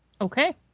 okay